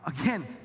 Again